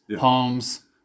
homes